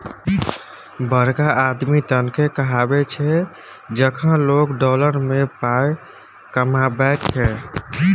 बड़का आदमी तखने कहाबै छै जखन लोक डॉलर मे पाय कमाबैत छै